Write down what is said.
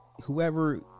Whoever